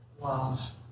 love